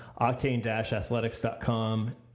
octane-athletics.com